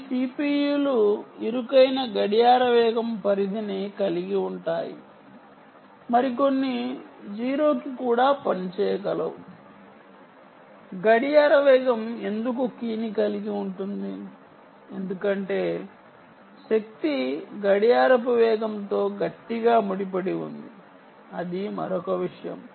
కొన్ని CPU లు ఇరుకైన క్లాక్ స్పీడ్ పరిధిని కలిగి ఉంటాయి మరికొన్ని 0 కి కూడా పనిచేయగలవు క్లాక్ స్పీడ్ ఎందుకు కీ ని కలిగి ఉంటుంది ఎందుకంటే శక్తి క్లాక్ స్పీడ్ తో గట్టిగా ముడి పడి ఉంది అది మరొక విషయం